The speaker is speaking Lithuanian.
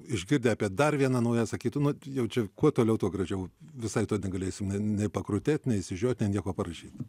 išgirdę apie dar vieną naują atsakytų nu jau čia kuo toliau tuo gražiau visai tuoj negalėsim nė nė pakrutėt nei išsižiot nei nieko parašyt